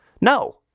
No